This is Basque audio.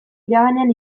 iraganean